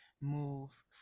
move